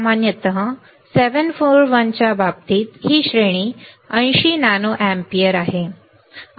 सामान्यत 741 च्या बाबतीत ही श्रेणी 80 नॅनो अँपिअर आहे